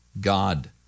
God